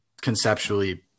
conceptually